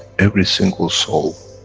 every single soul.